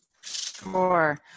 Sure